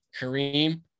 Kareem